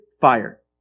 fire